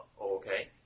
Okay